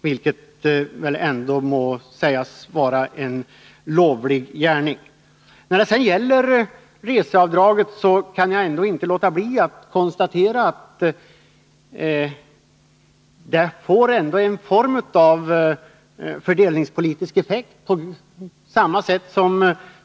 Men det må väl ändå sägas vara en lovlig gärning. Jag kan inte låta bli att konstatera att reseavdraget ändå får något slags fördelningspolitisk effekt.